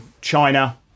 China